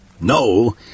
No